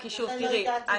תראי,